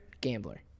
Gambler